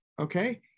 okay